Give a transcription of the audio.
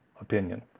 opinion